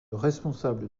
responsable